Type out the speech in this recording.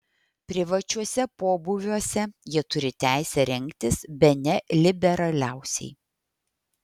privačiuose pobūviuose jie turi teisę rengtis bene liberaliausiai